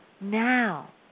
now